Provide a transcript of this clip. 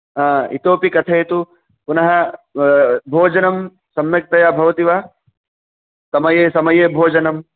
हा इतोपि कथयतु पुनः भोजनं सम्यग्तया भवति वा समये समये भोजनम्